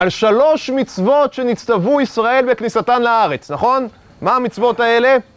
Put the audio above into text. על שלוש מצוות שנצטוו ישראל בכניסתם לארץ. נכון? מה המצוות האלה?